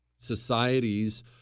Societies